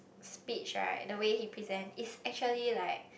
speech right the way he present is actually like